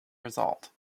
result